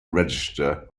register